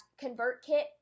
ConvertKit